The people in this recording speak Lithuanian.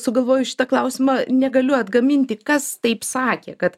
sugalvoju šitą klausimą negaliu atgaminti kas taip sakė kad